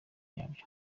yabyo